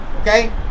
Okay